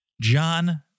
John